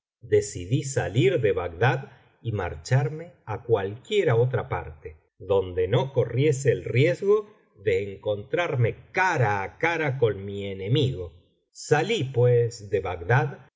decidí salir de bagdad y marcharme á cualquiera otra parte donde no corriese el riesgo de encontrarme cara á cara con mi enemigo salí pues de bagdad